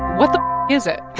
what the is it?